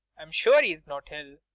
i'm sure he's not ill.